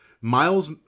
Miles